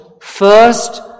first